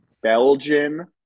belgian